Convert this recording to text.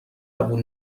قبول